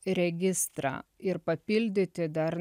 registrą ir papildyti dar